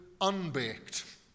unbaked